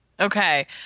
Okay